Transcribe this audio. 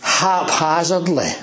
haphazardly